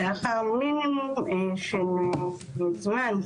אלא לאחר מינימום של זמן,